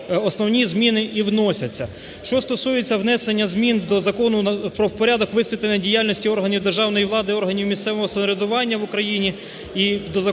основні зміни і вносяться. Що стосується внесення змін до Закону "Про порядок висвітлення діяльності органів державної влади і органів місцевого самоврядування в Україні" і до Закону